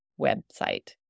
website